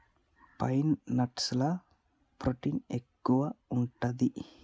pine nuts ల protein ఎక్కువు ఉంటది